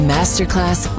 Masterclass